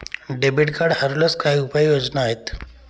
Debit card हरवल्यास काय उपाय योजना आहेत?